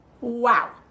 Wow